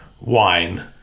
wine